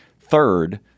Third